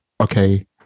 okay